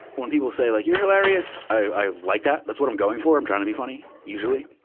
when people say like, you're hilarious, i like that. that's what i'm going for. i'm trying to be funny, usually.